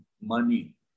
money